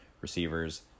receivers